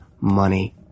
money